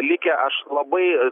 likę aš labai